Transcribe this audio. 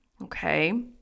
Okay